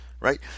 right